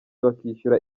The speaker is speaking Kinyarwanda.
bakishyura